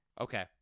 Okay